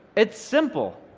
it's simple,